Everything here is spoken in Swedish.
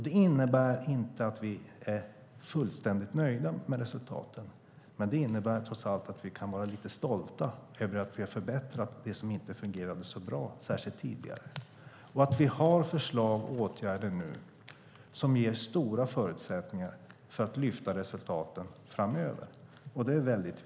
Det innebär inte att vi är fullständigt nöjda med resultaten, men det innebär trots allt att vi kan vara lite stolta över att vi har förbättrat det som inte fungerade så bra, särskilt tidigare. Vi har förslag och åtgärder nu som ger stora förutsättningar för att lyfta resultaten framöver. Det är viktigt.